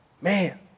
Man